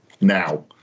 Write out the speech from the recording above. now